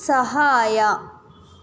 ಸಹಾಯ